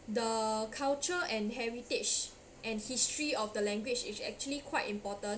the culture and heritage and history of the language is actually quite important